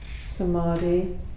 samadhi